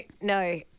no